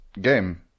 game